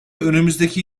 önümüzdeki